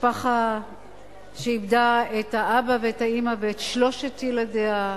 משפחה שאיבדה את האבא ואת האמא ואת שלושת ילדיה,